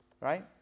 Right